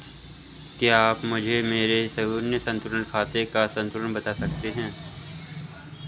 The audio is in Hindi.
क्या आप मुझे मेरे शून्य संतुलन खाते का संतुलन बता सकते हैं?